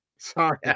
Sorry